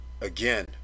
again